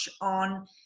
on